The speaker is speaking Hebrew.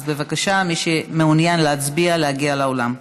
אז מי שמעוניין להצביע, בבקשה להגיע לאולם.